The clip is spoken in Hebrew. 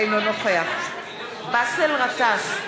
אינו נוכח באסל גטאס,